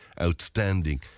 outstanding